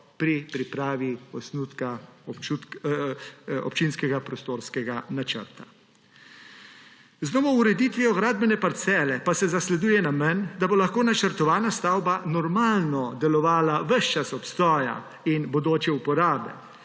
pri pripravi osnutka občinskega prostorskega načrta. Z novo ureditvijo gradbene parcele pa se zasleduje namen, da bo lahko načrtovana stavba normalno delovala ves čas obstoja in bodoče uporabe,